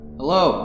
Hello